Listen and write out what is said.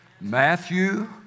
Matthew